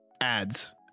ads